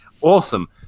awesome